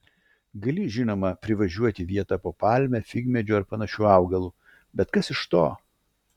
gali žinoma privatizuoti vietą po palme figmedžiu ar panašiu augalu bet kas iš to